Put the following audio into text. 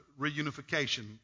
reunification